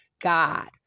God